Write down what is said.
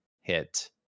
hit